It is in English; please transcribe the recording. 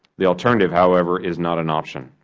the alternative, however, is not an option.